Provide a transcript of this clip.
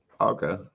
Okay